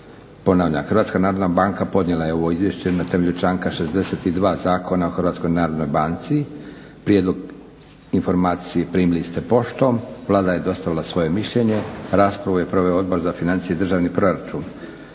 Ponavljam, Hrvatska narodna banka podnijela je ovo Izvješće na temelju članka 62. Zakona o Hrvatskoj narodnoj banci. Prijedlog informacije primili ste poštom. Vlada je dostavila svoje mišljenje. Raspravu je proveo Odbor za financije i državni proračun.